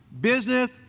business